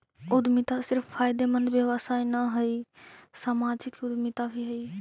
उद्यमिता सिर्फ फायदेमंद व्यवसाय न हई, सामाजिक उद्यमिता भी हई